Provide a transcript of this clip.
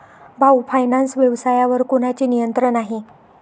भाऊ फायनान्स व्यवसायावर कोणाचे नियंत्रण आहे?